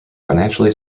financially